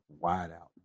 wideout